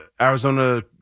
Arizona